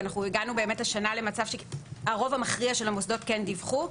והגענו השנה למצב שהרוב המכריע של המוסדות כן דיווחו.